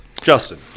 Justin